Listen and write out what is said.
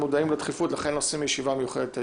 אנחנו מודעים לדחיפות ולכן עושים ישיבה מיוחדת היום,